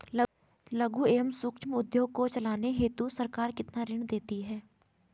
लघु एवं सूक्ष्म उद्योग को चलाने हेतु सरकार कितना ऋण देती है?